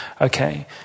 Okay